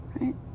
Right